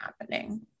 happening